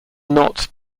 knots